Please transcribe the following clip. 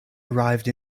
arrived